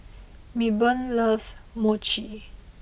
Milburn loves Mochi